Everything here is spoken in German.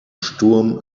sturm